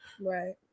right